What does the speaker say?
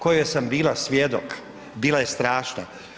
Kojoj sam bila svjedok, bila je strašna.